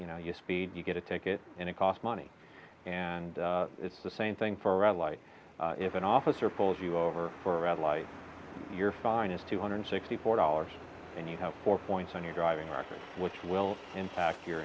you know you speed you get a ticket and it cost money and it's the same thing for a red light if an officer pulls you over for a red light your finest two hundred sixty four dollars and you have four points on your driving record which will impact your